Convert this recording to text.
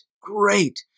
great